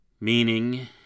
Meaning